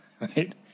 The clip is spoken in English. right